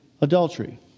adultery